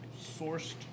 sourced